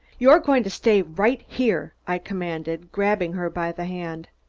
you're going to stay right here! i commanded, grabbing her by the hand.